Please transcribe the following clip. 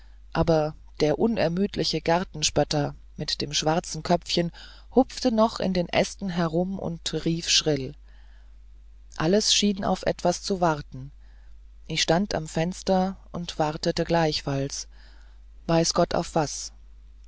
aber der unermüdliche gartenspötter mit dem schwarzen köpfchen hupfte noch in den ästen herum und rief schrill alles schien auf etwas zu warten ich stand am fenster und wartete gleichfalls weiß gott auf was